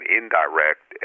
indirect